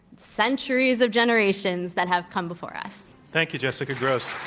centuries of generations that have come before us. thank you, jessica grose.